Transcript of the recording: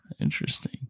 interesting